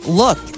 look